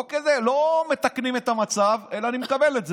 לא מתקנים את המצב אלא, אני מקבל את זה,